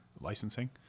licensing